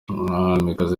umwamikazi